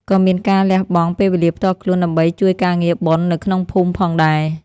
ក៏មានការលះបង់ពេលវេលាផ្ទាល់ខ្លួនដើម្បីជួយការងារបុណ្យនៅក្នុងភូមិផងដែរ។